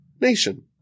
nation